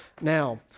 now